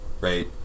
right